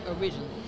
originally